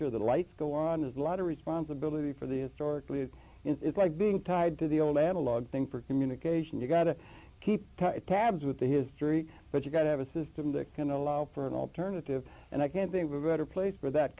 sure the lights go on as a lot of responsibility for the authority is it's like being tied to the old analog thing for communication you gotta keep tabs with the history but you've got to have a system that can allow for an alternative and i can't they were better place for that